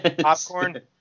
Popcorn